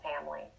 family